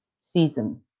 season